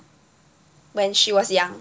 when she was young